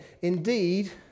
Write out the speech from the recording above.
Indeed